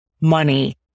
money